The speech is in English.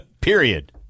period